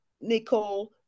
Nicole